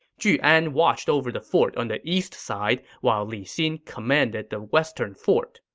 ju an watched over the fort on the east side, while li xin commanded the western fort.